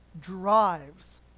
drives